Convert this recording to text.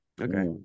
Okay